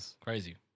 Crazy